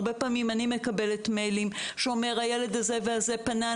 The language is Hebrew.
הרבה פעמים אני מקבלת מיילים שאומרים: הילד הזה והזה פנה,